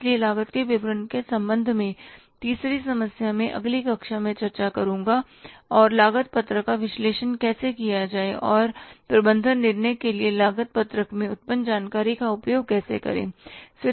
इसलिए लागत के विवरण के संबंध में तीसरी समस्या मैं अगली कक्षा में चर्चा करूंगा कि लागत पत्रक का विश्लेषण कैसे किया जाए और प्रबंधन निर्णय के लिए लागत पत्रक में उत्पन्न जानकारी का उपयोग कैसे करें